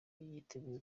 yiteguye